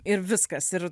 ir viskas ir